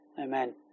Amen